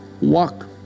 walk